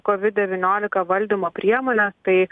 covid devyniolika valdymo priemones tai